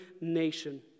nation